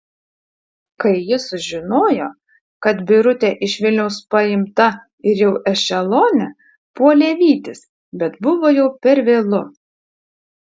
kai jis sužinojo kad birutė iš vilniaus paimta ir jau ešelone puolė vytis bet buvo jau per vėlu